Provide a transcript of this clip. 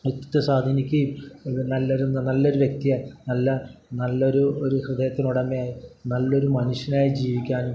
വ്യക്തിത്വത്തെ സ്വാധീനിക്കുകയും പിന്നെ നല്ലൊരു നല്ലൊരു വ്യക്തിയായി നല്ല നല്ലൊരു ഒരു ഹൃദയത്തിനുടമയായി നല്ലൊരു മനുഷ്യനായി ജീവിക്കാനും